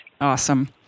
Awesome